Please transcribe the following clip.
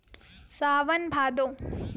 सावन भादो